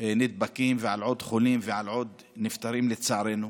נדבקים ועל עוד חולים ועל עוד נפטרים, לצערנו.